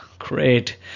great